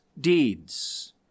deeds